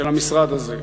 של המשרד הזה.